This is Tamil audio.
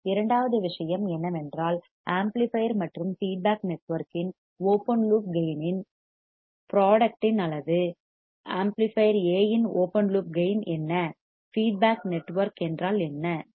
இரண்டாவது விஷயம் என்னவென்றால் ஆம்ப்ளிபையர் மற்றும் ஃபீட்பேக் நெட்வொர்க்கின் ஓபன் லூப் கேயின் இன் ப்ரோடுக்ட் இன் அளவு ஆம்ப்ளிபையர் A இன் ஓபன் லூப் கேயின் என்ன ஃபீட்பேக் நெட்வொர்க் என்றால் என்ன சரி